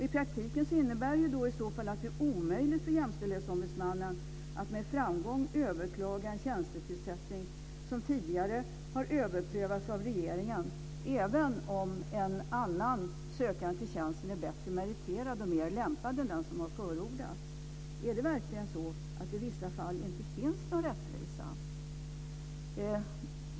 I praktiken innebär det i så fall att det är omöjligt för Jämställdhetsombudsmannen att med framgång överklaga en tjänstetillsättning som tidigare har överprövats av regeringen, även om en annan sökande till tjänsten är bättre meriterad och mer lämpad än den som har förordats. Är det verkligen så att det i vissa fall inte finns någon rättvisa?